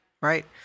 Right